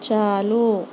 چالو